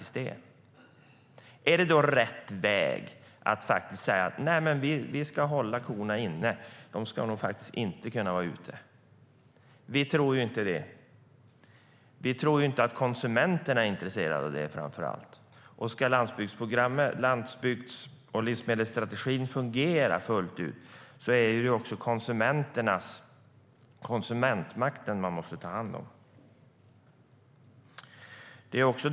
Ska vi då säga att vi håller korna inne, att de inte ska kunna gå ute? Vi tror inte att det är rätt väg att gå. Framför allt tror vi inte att konsumenterna är intresserade av det. Om landsbygds och livsmedelsstrategin ska fungera fullt ut måste man också tänka på konsumenterna, ta hand om konsumentmakten.